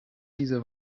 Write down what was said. diese